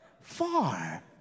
far